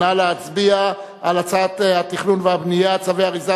נא להצביע על הצעת חוק התכנון והבנייה (צווי הריסה